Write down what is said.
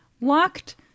Walked